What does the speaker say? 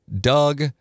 Doug